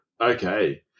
Okay